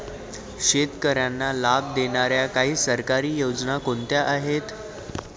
शेतकऱ्यांना लाभ देणाऱ्या काही सरकारी योजना कोणत्या आहेत?